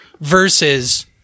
versus